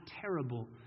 terrible